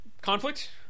conflict